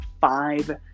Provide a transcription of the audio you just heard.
five